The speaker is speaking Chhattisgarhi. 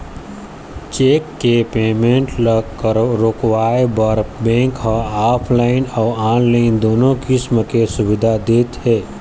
चेक के पेमेंट ल रोकवाए बर बेंक ह ऑफलाइन अउ ऑनलाईन दुनो किसम के सुबिधा दे हे